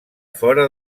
fora